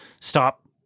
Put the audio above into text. stop